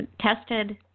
tested